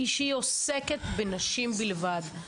היא שהיא עוסקת בנשים בלבד.